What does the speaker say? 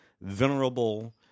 venerable